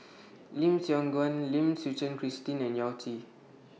Lim Siong Guan Lim Suchen Christine and Yao Zi